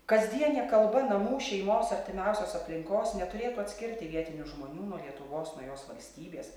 kasdienė kalba namų šeimos artimiausios aplinkos neturėtų atskirti vietinių žmonių nuo lietuvos nuo jos valstybės